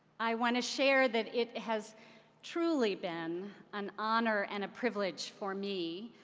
i want to share that it has truly been an honor and a privilege for me